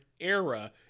era